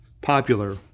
popular